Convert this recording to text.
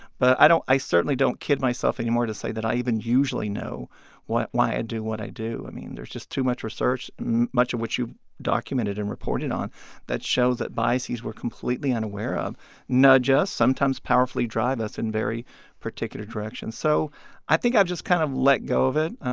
but i don't i certainly don't kid myself anymore to say that i even usually know why why i do what i do. i mean, there's just too much research and much of which you've documented and reported on that show the biases we're completely unaware, nudge us, sometimes powerfully drive us in very particular directions. so i think i've just kind of let go of it.